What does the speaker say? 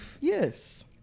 Yes